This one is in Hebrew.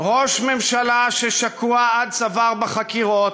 ראש ממשלה ששקוע עד צוואר בחקירות,